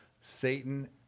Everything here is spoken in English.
Satan